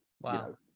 wow